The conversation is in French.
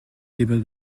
débat